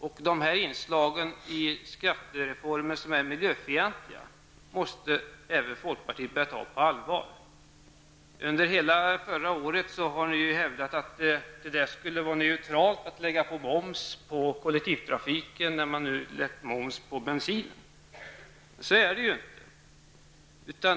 Och de här inslagen i skattereformen som är miljöfientliga måste även folkpartiet börja ta på allvar. Under hela förra året har ni ju hävdat att det skulle vara neutralt att lägga moms på kollektivtrafiken, när man nu lagt moms på bensinen. Så är det ju inte.